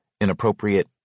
inappropriate